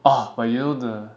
orh but you know the